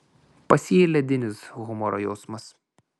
pas jį ledinis humoro jausmas